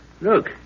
Look